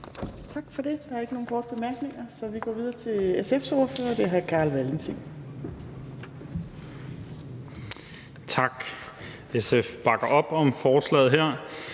Tak for det. Der er ikke nogen korte bemærkninger, så vi går videre til SF's ordfører, og det er hr. Carl Valentin. Kl. 18:52 (Ordfører)